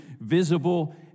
visible